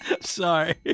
sorry